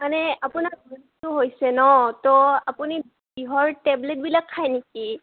মানে আপোনাৰ বিষটো হৈছে ন তো আপুনি বিষৰ টেবলেটবিলাক খায় নেকি